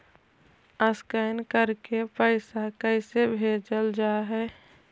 Scan करके पैसा कैसे भेजल जा हइ?